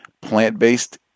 plant-based